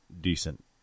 decent